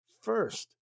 First